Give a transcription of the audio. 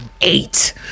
eight